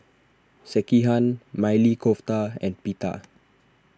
Sekihan Maili Kofta and Pita